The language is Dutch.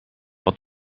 wat